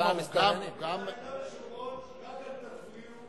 רק אל תפריעו,